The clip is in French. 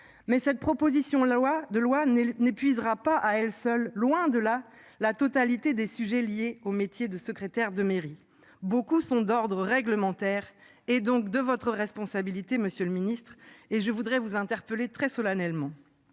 mais cette proposition. La loi de loi n'est, n'épuisera pas à elle seule, loin de là, la totalité des sujets liés au métier de secrétaire de mairie beaucoup sont d'ordre réglementaire et donc de votre responsabilité. Monsieur le Ministre et je voudrais vous interpeller très solennellement.